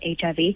HIV